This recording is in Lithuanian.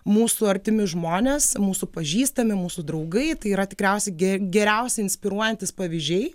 mūsų artimi žmonės mūsų pažįstami mūsų draugai tai yra tikriausiai ge geriausiai inspiruojantys pavyzdžiai